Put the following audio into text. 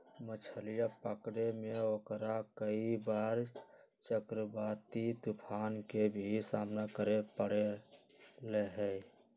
मछलीया पकड़े में ओकरा कई बार चक्रवाती तूफान के भी सामना करे पड़ले है